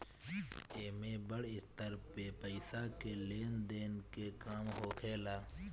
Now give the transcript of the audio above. एमे बड़ स्तर पे पईसा के लेन देन के काम होखेला